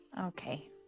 Okay